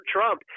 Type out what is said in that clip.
Trump